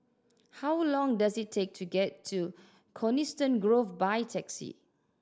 how long does it take to get to Coniston Grove by taxi